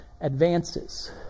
advances